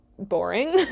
boring